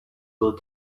will